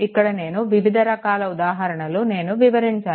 ఇక్కడ నేను వివిధ రకాల ఉదాహరణలు నేను వివరించాను